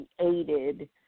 created